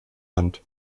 hand